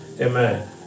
amen